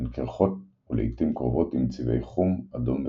הן קרחות ולעיתים קרובות עם צבעי חום, אדום וצהוב.